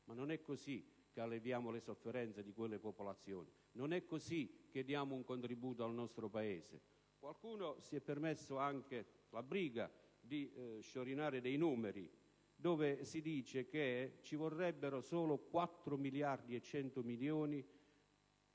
Ma non è così che alleviamo le sofferenze di quelle popolazioni. Non è così che diamo un contributo al nostro Paese. Qualcuno si è preso anche la briga di sciorinare dei numeri: si dice che ci vorrebbero solo 4,1 miliardi da destinare